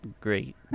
great